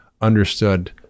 understood